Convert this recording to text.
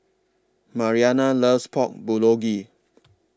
Mariana loves Pork Bulgogi